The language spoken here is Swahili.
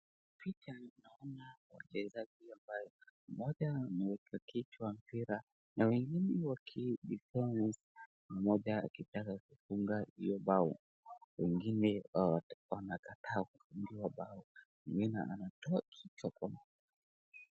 Picha hii ninaona wachezaji ambaye mmoja ameweka kichwa mpira na wengine wakidefend na mmoja akitaka kufunga hiyo bao wengine wanakataa kufungiwa bao. Mwingine anatoa kichwa kwa.